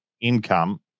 income